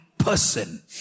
Person